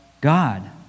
God